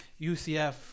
UCF